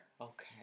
Okay